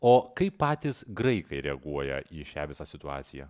o kaip patys graikai reaguoja į šią visą situaciją